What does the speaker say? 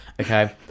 okay